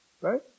right